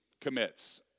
commits